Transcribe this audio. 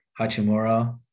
Hachimura